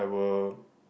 I will